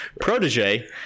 protege